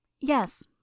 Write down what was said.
Yes